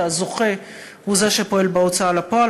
שבו הזוכה הוא שפועל בהוצאה לפועל.